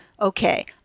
okay